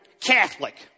Catholic